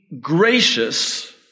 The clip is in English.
gracious